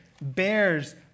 bears